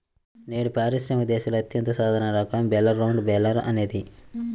నేడు పారిశ్రామిక దేశాలలో అత్యంత సాధారణ రకం బేలర్ రౌండ్ బేలర్ అనేది